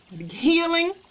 healing